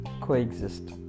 coexist